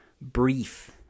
brief